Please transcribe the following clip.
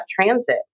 Transit